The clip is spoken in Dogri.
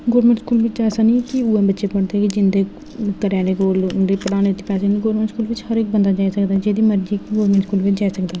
गोर्मेंट स्कूल बिच्च ऐसा नेई ऐ कि उ'ऐ बच्चे पढ़दे जिं'दे घरेंआह्लें कोल उं'दे पढ़ाने दे पैसे नेई होंदे गोर्मेंट स्कूल बिच्च हर इक बंदा जाई सकदा जेह्दी मर्जी गोर्मेंट स्कूल बिच्च जाई सकदा